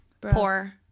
Poor